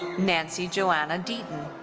nancy joanna deaton.